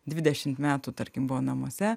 dvidešimt metų tarkim buvo namuose